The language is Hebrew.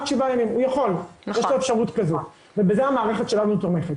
בזה המערכת שלנו תומכת.